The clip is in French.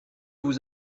vous